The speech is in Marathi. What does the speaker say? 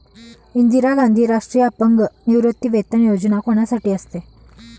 इंदिरा गांधी राष्ट्रीय अपंग निवृत्तीवेतन योजना कोणासाठी असते?